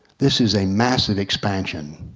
this is a massive expansion.